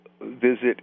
visit